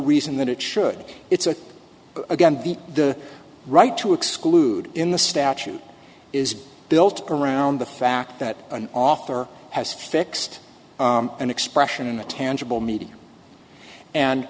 reason that it should it's a again the right to exclude in the statute is built around the fact that an author has fixed an expression in a tangible meeting and